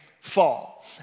fall